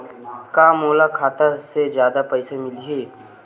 का मोला खाता से जादा पईसा मिलही?